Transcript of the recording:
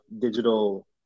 digital